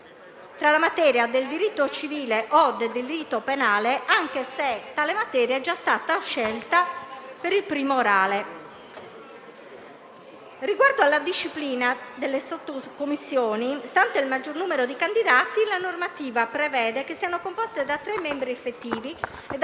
tra la materia del diritto civile o del diritto penale, anche se tale materia è già stata scelta per il primo orale. Riguardo alla disciplina delle sottocommissioni, stante il maggior numero di candidati, la normativa prevede che siano composte da tre membri effettivi e da